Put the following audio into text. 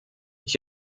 ich